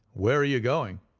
where are you going?